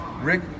Rick